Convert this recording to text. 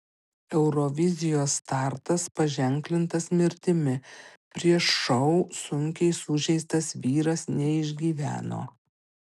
eurovizijos startas paženklintas mirtimi prieš šou sunkiai sužeistas vyras neišgyveno